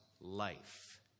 life